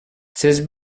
seize